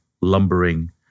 lumbering